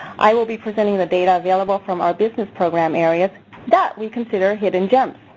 i will be presenting the data available from our business program areas that we consider hidden gems.